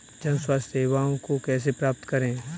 जन स्वास्थ्य सेवाओं को कैसे प्राप्त करें?